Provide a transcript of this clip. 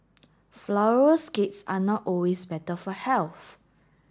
flourless cakes are not always better for health